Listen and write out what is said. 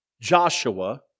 Joshua